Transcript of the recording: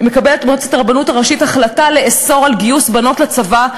מועצת הרבנות הראשית מקבלת החלטה לאסור גיוס בנות לצבא,